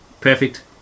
perfect